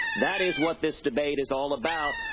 that is what this debate is all about,